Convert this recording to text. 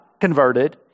converted